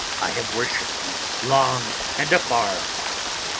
i have worshipped you long and afar off.